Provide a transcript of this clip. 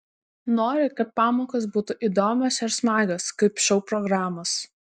nori kad pamokos būtų įdomios ir smagios kaip šou programos